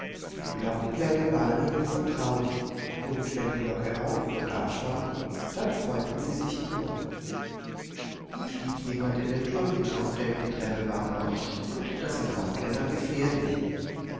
die glockenklänge waren ihnen vertraut und wenn die glocke auf und abschwang dann freuten sie sich nur nie stieg jemand in den turm hinauf denn die treppe war morsch und das hinaufklettern gefährlich